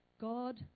God